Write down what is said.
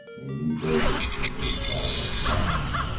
a new david, as he is styled by the catholics,